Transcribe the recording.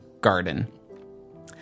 Garden